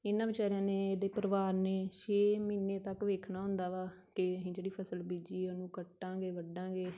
ਇਹਨਾਂ ਵਿਚਾਰਿਆਂ ਨੇ ਇਹਦੇ ਪਰਿਵਾਰ ਨੇ ਛੇ ਮਹੀਨੇ ਤੱਕ ਵੇਖਣਾ ਹੁੰਦਾ ਵਾ ਕਿ ਅਸੀਂ ਜਿਹੜੀ ਫ਼ਸਲ ਬੀਜੀ ਆ ਉਹਨੂੰ ਕੱਟਾਂਗੇ ਵੱਢਾਂਗੇ